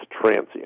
transient